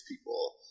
people